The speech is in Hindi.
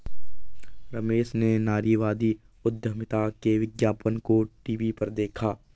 रमेश ने नारीवादी उधमिता के विज्ञापन को टीवी पर देखा